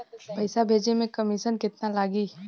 पैसा भेजे में कमिशन केतना लागि?